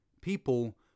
People